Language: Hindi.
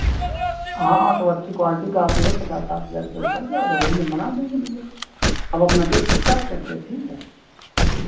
हाँ हाँ तो अच्छी क्वालिटी का आप जो है पचास साठ हज़ार रुपये के पड़ जाएगा वही हम बना देंगे भैया अब अपना देख लें का करके ठीक है